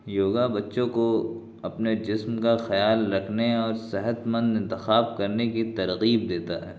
یوگا بچوں کو اپنے جسم کا خیال رکھنے اور صحت مند انتخاب کرنے کی ترغیب دیتا ہے